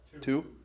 Two